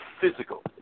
physical